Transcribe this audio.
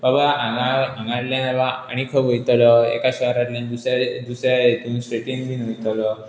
बाबा हांगा हांगांतल्यान बाबा आनी खंय वयतलो एका शहरांतल्यान दुसऱ्या दुसऱ्या हातूंत स्टेटीन बीन वतलो